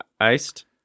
iced